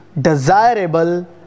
desirable